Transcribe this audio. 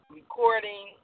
recording